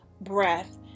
breath